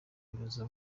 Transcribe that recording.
bibaza